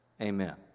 Amen